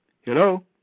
Hello